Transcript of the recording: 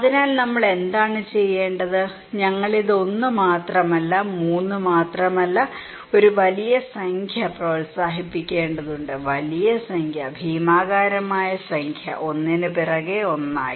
അതിനാൽ നമ്മൾ എന്താണ് ചെയ്യേണ്ടത് ഞങ്ങൾ ഇത് 1 മാത്രമല്ല 3 മാത്രമല്ല ഒരു വലിയ സംഖ്യയും പ്രോത്സാഹിപ്പിക്കേണ്ടതുണ്ട് വലിയ സംഖ്യ ഭീമാകാരമായ സംഖ്യ ഒന്നിനുപുറകെ ഒന്നായി